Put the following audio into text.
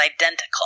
identical